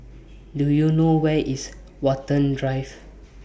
Do YOU know Where IS Watten Drive